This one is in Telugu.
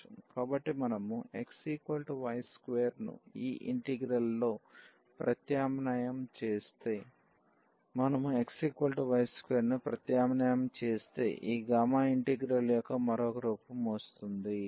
కాబట్టి మనము xy2 ను ఈ ఇంటిగ్రల్లో ప్రత్యామ్నాయం చేస్తే మనము xy2 ను ప్రత్యామ్నాయం చేస్తే ఈ గామా ఇంటిగ్రల్ యొక్క మరొక రూపం వస్తుంది